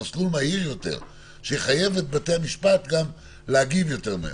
מסלול מהיר יותר שיחייב את בתי המשפט להגיב גם יותר מהר.